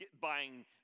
buying